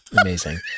Amazing